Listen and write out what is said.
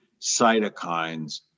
cytokines